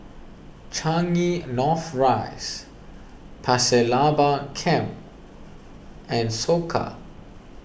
Changi North Rise Pasir Laba Camp and Soka